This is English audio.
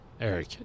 Eric